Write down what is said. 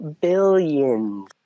billions